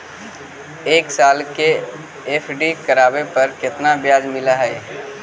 एक साल के एफ.डी करावे पर केतना ब्याज मिलऽ हइ?